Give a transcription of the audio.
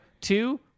two